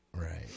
Right